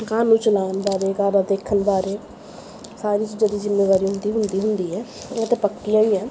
ਘਰ ਨੂੰ ਚਲਾਉਣ ਬਾਰੇ ਘਰ ਦਾ ਦੇਖਣ ਬਾਰੇ ਸਾਰੀ ਚੀਜ਼ਾਂ ਦੀ ਜ਼ਿੰਮੇਵਾਰੀ ਉਹਨਾਂ ਦੀ ਹੁੰਦੀ ਹੁੰਦੀ ਹੈ ਉਹ ਤਾਂ ਪੱਕੀਆਂ ਹੀ ਹੈ